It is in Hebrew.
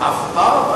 אף פעם?